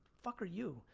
fuck are you?